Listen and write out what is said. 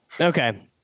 Okay